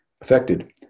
affected